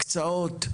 הקצאות,